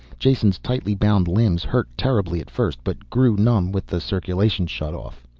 jason's tightly bound limbs hurt terribly at first, but grew numb with the circulation shut off.